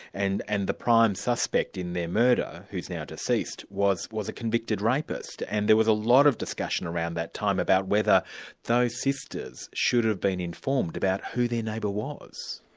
and and the prime suspect in their murder who's now deceased, was was a convicted rapist. and there was a lot of discussion around that time about whether those sisters should have been informed about who their neighbour was.